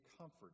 comfort